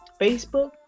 Facebook